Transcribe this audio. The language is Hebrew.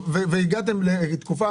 והגעתם לתקופה,